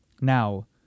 Now